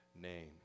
name